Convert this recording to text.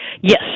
Yes